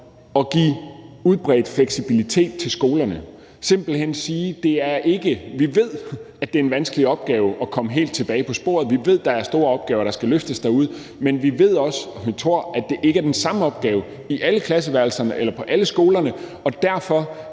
at give udbredt fleksibilitet til skolerne og simpelt hen sige: Vi ved, det er en vanskelig opgave at komme helt tilbage på sporet. Vi ved, der er store opgaver, der skal løftes derude. Men vi tror også, at det ikke er den samme opgave i alle klasseværelserne eller på alle skolerne, og derfor